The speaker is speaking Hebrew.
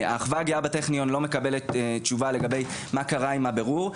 האחווה הגאה בטכניון לא מקבלת תשובה לגבי מה קרה עם הבירור.